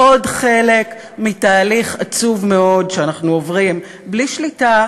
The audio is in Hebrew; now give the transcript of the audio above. עוד חלק מתהליך עצוב מאוד שאנחנו עוברים בלי שליטה,